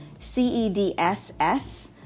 CEDSS